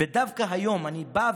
ודווקא היום אני בא ואומר: